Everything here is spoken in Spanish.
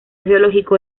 geológico